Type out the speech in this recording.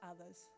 others